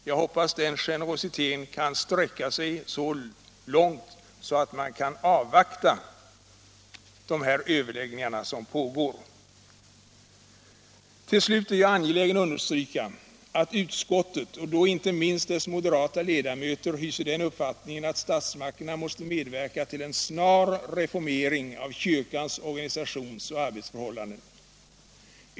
Jag hoppas att den sträcker sig så långt att man kan avvakta resultatet av de överläggningar som pågår. Till slut är jag angelägen understryka, att utskottet och då inte minst dess moderata ledamöter hyser den uppfattningen att statsmakterna måste medverka till en snar reformering av kyrkans organisations och arbetsförhållanden.